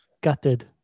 Gutted